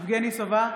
יבגני סובה,